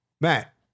Matt